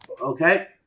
okay